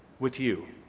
with you.